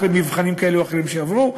אחרי מבחנים כאלה או אחרים שעברו,